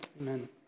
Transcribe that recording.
amen